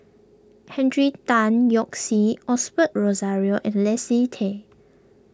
Henry Tan Yoke See Osbert Rozario and Leslie Tay